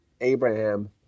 Abraham